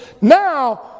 now